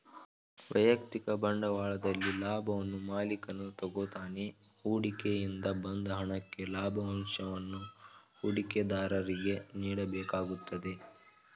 ವೈಯಕ್ತಿಕ ಬಂಡವಾಳದಲ್ಲಿ ಲಾಭವನ್ನು ಮಾಲಿಕನು ತಗೋತಾನೆ ಹೂಡಿಕೆ ಇಂದ ಬಂದ ಹಣಕ್ಕೆ ಲಾಭಂಶವನ್ನು ಹೂಡಿಕೆದಾರರಿಗೆ ನೀಡಬೇಕಾಗುತ್ತದೆ